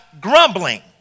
grumbling